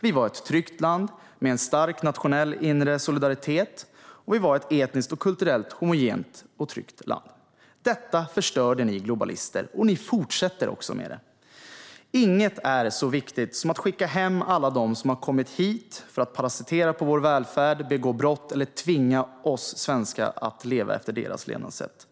Vi var ett tryggt land, med en stark nationell inre solidaritet, och vi var ett etniskt och kulturellt homogent och tryggt land. Detta förstörde ni globalister, och ni fortsätter med det. Inget är så viktigt som att skicka hem alla som har kommit hit för att parasitera på vår välfärd, begå brott eller tvinga oss svenskar att leva efter sitt levnadssätt.